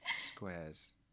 squares